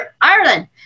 Ireland